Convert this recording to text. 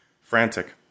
frantic